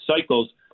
cycles